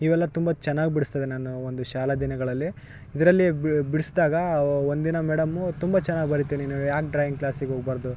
ಇವೆಲ್ಲ ತುಂಬ ಚೆನ್ನಾಗ್ ಬಿಡಿಸ್ತಿದೆ ನಾನು ಒಂದು ಶಾಲಾ ದಿನಗಳಲ್ಲಿ ಇದರಲ್ಲಿ ಬಿಡಿಸ್ದಾಗ ಒಂದಿನ ಮೇಡಮ್ಮು ತುಂಬ ಚೆನ್ನಾಗ್ ಬರೀತಿಯ ನೀನು ಯಾಕೆ ಡ್ರಾಯಿಂಗ್ ಕ್ಲಾಸಿಗೆ ಹೋಗ್ಬಾರ್ದು